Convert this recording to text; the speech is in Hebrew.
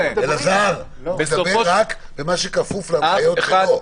אלעזר, הוא מדבר רק על מה שכפוף להנחיות החוק.